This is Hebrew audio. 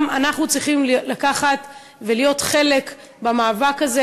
גם אנחנו צריכים לקחת חלק ולהיות חלק במאבק הזה.